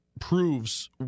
proves